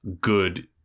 good